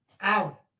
out